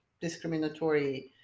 discriminatory